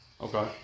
Okay